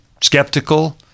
skeptical